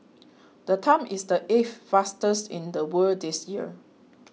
the time is the eighth fastest in the world this year